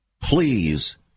please